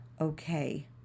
okay